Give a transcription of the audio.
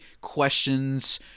questions